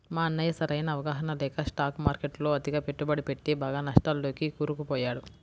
మా అన్నయ్య సరైన అవగాహన లేక స్టాక్ మార్కెట్టులో అతిగా పెట్టుబడి పెట్టి బాగా నష్టాల్లోకి కూరుకుపోయాడు